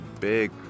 big